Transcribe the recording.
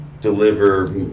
deliver